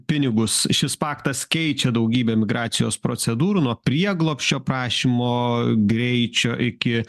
pinigus šis paktas keičia daugybę migracijos procedūrų nuo prieglobsčio prašymo greičio iki